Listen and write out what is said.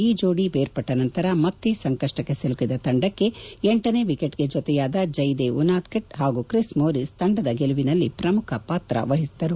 ಈ ಜೋಡಿ ಬೇರ್ಪಟ್ಟ ನಂತರ ಮತ್ತೆ ಸಂಕಷ್ಟಕ್ಕೆ ಸಿಲುಕಿದ ತಂಡಕ್ಕೆ ಎಂಟನೇ ವಿಕೆಟ್ಗೆ ಜೊತೆಯಾದ ಜ್ವೆದೇವ್ ಉನಾದ್ನಟ್ ಹಾಗೂ ಕ್ರಿಸ್ ಮೋರಿಸ್ ತಂಡದ ಗೆಲುವಲ್ಲಿ ಪ್ರಮುಖ ಪಾತ್ರ ವಹಿಸಿದರು